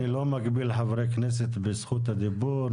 אני לא מגביל חברי כנסת בזכות הדיבור,